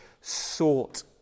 sought